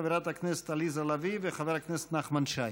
חברת הכנסת עליזה לביא וחבר הכנסת נחמן שי.